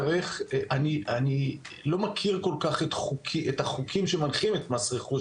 אני לא מכיר כל כך את החוקים שמנחים את מס רכוש,